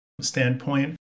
standpoint